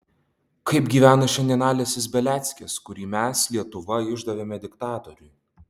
kaip gyvena šiandien alesis beliackis kurį mes lietuva išdavėme diktatoriui